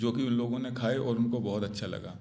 जो कि उन लोगो ने खाए और उनको बहुत अच्छा लगा